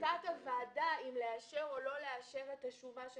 החלטת הוועדה אם לאשר או לא לאשר את השומה של